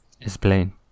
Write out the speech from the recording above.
Explain